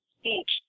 speech